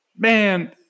Man